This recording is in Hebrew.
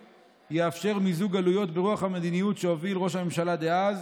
יאפשר מיזוג גלויות ברוח המדיניות שהוביל ראש הממשלה דאז